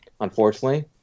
unfortunately